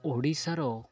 ଓଡ଼ିଶାର